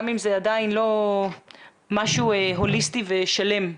גם אם זה עדיין לא משהו הוליסטי ושלם.